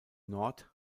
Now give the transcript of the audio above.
nord